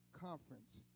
conference